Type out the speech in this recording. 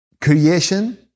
creation